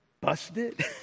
busted